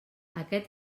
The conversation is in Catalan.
aquest